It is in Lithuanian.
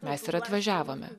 mes ir atvažiavome